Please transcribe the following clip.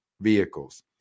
vehicles